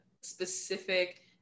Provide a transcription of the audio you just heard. specific